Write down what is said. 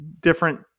different